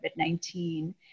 COVID-19